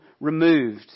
removed